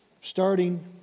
starting